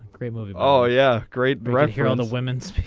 great movie all yeah great right here on the women speak.